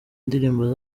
indirimbo